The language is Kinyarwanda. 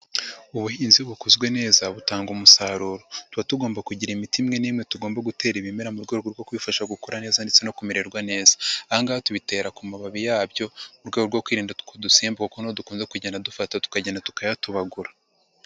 Ubuhinzi bukozwe neza butanga umusaruro. Tuba tugomba kugira imiti imwe n'imwe tugomba gutera ibimera mu rwego rwo kwifashakura neza ndetse no kumererwa neza. Aha ngaha tubitera ku mababi yabyo mu rwego rwo kwirinda utwo dusimbuka kuko niho dukunze kugenda dufata, tukagenda tukayatobagura.